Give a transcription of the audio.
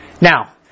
Now